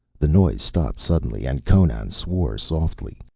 the noise stopped suddenly, and conan swore softly.